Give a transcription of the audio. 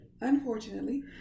unfortunately